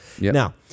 Now